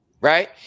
right